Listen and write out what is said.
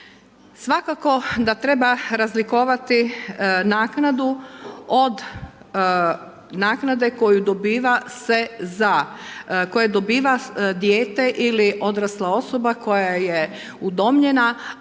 Svakako da treba razlikovati naknadu od naknade koju dobiva se za, koju dobiva dijete ili odrasla osoba koja je udomljena